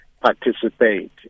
participate